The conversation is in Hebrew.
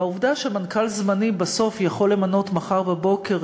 והעובדה שמנכ"ל זמני בסוף יכול למנות מחר בבוקר